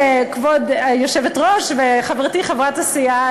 כבוד היושבת-ראש וחברתי חברת הסיעה,